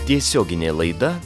tiesioginė laida